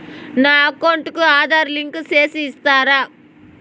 నా అకౌంట్ కు ఆధార్ లింకు సేసి ఇస్తారా?